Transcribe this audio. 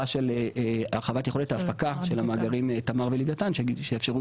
הרחבת יכולת ההפקה של המאגרים תמר ולוויתן שיאפשרו